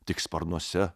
tik sparnuose